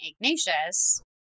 Ignatius